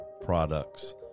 products